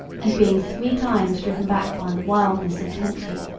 and being three times driven back by the wildness of the country,